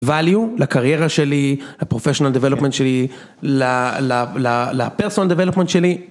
value לקריירה שלי, ל-professional development שלי, ל-personal development שלי.